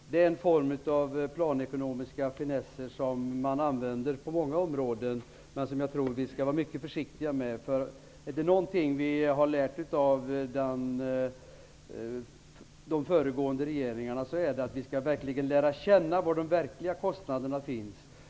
Det är en form av planekonomiska finesser som man använder på många områden men som jag tror att vi skall vara mycket försiktiga med. Är det något vi har lärt av de föregående regeringarna är det att vi verkligen skall lära oss var de verkliga kostnaderna finns.